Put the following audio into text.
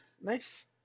Nice